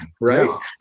right